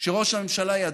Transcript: שראש הממשלה ידע,